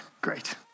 great